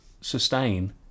sustain